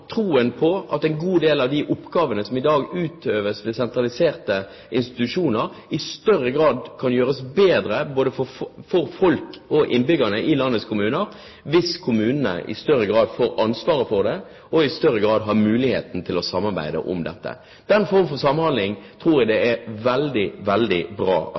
troen på at en god del av de oppgavene som i dag utføres ved sentraliserte institusjoner, i større grad kan gjøres bedre for innbyggerne i landets kommuner hvis kommunene i større grad får ansvaret for dette og i større grad har muligheten til å samarbeide om det. Den form for samhandling tror jeg det er veldig bra